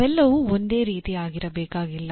ಅವೆಲ್ಲವೂ ಒಂದೇ ರೀತಿ ಆಗಿರಬೇಕಾಗಿಲ್ಲ